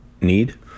need